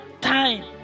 time